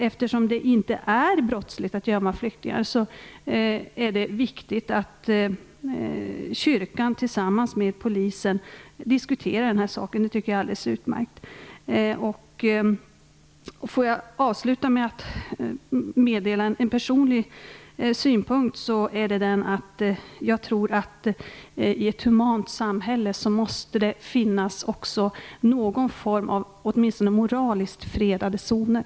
Eftersom det inte är brottsligt att gömma flyktingar, är det viktigt att kyrkan tillsammans med Polisen diskuterar frågan. Det tycker jag är alldeles utmärkt. Jag vill avsluta med att meddela en personlig synpunkt. Jag tror nämligen att det i ett humant samhälle åtminstone måste finnas någon form av moraliskt fredade zoner.